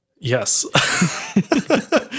Yes